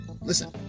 listen